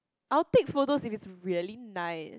I will take photos if it's really nice